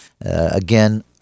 again